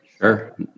Sure